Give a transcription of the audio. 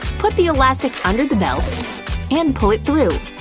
put the elastic under the belt and pull it through.